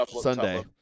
Sunday